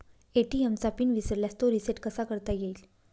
ATM चा pin विसरल्यास तो रिसेट कसा करता येईल?